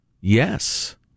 Yes